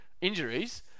injuries